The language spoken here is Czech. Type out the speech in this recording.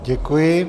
Děkuji.